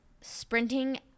sprinting